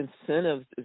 incentives